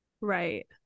Right